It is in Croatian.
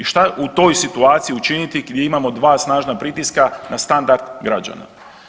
I šta u toj situaciji učiniti gdje imamo 2 snažna pritiska na standard građana.